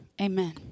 amen